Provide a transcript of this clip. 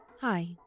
Hi